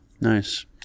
Nice